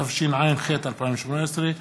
התשע"ח 2018,